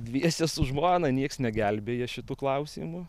dviese su žmona nieks negelbėja šitu klausimu